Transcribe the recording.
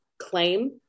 claim